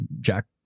Jack